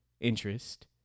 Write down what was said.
interest